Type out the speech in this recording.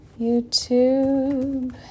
YouTube